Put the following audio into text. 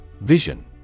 Vision